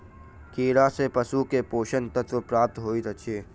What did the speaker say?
कीड़ा सँ पशु के पोषक तत्व प्राप्त होइत अछि